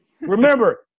Remember